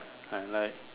I like